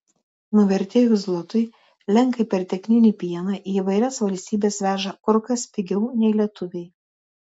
nuvertėjus zlotui lenkai perteklinį pieną į įvairias valstybes veža kur kas pigiau nei lietuviai